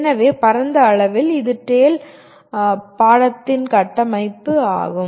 எனவே பரந்த அளவில் இது TALE பாடத்தின் கட்டமைப்பாகும்